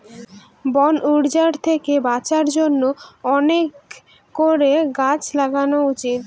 বন উজাড় থেকে বাঁচার জন্য অনেক করে গাছ লাগানো উচিত